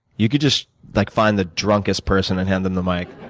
you could just like find the drunkest person and hand them the mic.